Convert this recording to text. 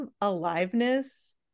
aliveness